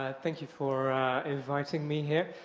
ah thank you for inviting me here.